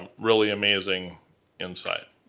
really amazing inside.